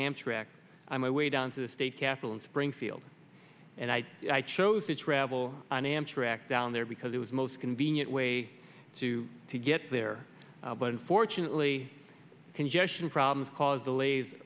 anthrax my way down to the state capitol in springfield and i chose to travel on amtrak down there because it was most convenient way to get there but unfortunately congestion problems caused delays